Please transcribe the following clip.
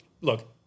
Look